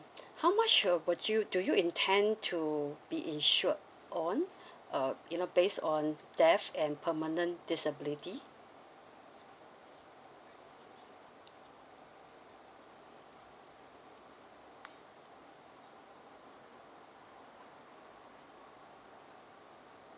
how much uh would you do you intend to be insured on uh you know based on theft and permanent disability